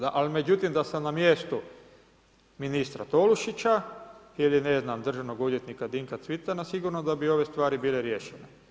Da, ali međutim, da sam na mjestu ministra Tolušića ili ne znam, državnog odvjetnika Dinka Cvitana, sigurno da bi ove stvari bile riješene.